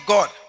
God